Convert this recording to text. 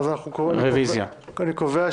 אין ההצעה להעברת הדיון בנושא: "פרשת